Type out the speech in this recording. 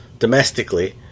domestically